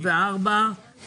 16:05.